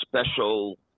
special